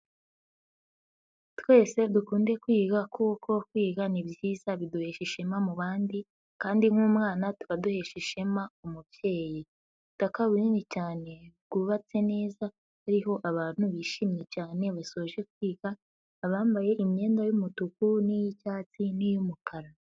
Twese dukunde kwiga kuko kwiga ni byiza biduhesha ishema mu bandi kandi nk'umwana tuba duhesha ishema umubyeyi. Ubutaka bunini cyane bwubatse neza buriho abantu bishimye cyane basoje kwiga, abambaye imyenda y'umutuku, n'iy'icyatsi, n'iy'umukara.